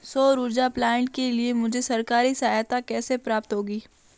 सौर ऊर्जा प्लांट के लिए मुझे सरकारी सहायता कैसे प्राप्त होगी?